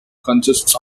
consists